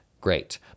Great